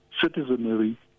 citizenry